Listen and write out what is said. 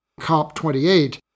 COP28